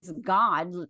god